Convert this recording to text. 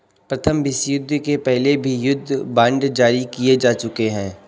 प्रथम विश्वयुद्ध के पहले भी युद्ध बांड जारी किए जा चुके हैं